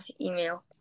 email